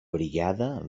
brigada